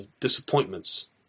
disappointments